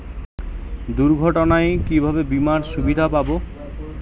দুর্ঘটনায় কিভাবে বিমার সুবিধা পাব?